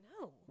No